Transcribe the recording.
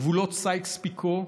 גבולות סייקס-פיקו,